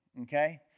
okay